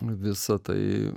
visa tai